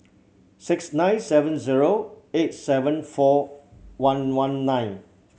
six nine seven zero eight seven four one one nine